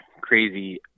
crazy